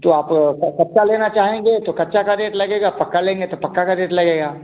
तो आप कच्चा लेना चाहेंगे तो कच्चे का रेट लगेगा पक्के का लेंगे तो पक्के का रेट लगेगा